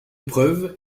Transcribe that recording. preuve